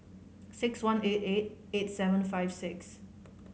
six one eight eight eight seven five six